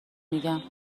میگم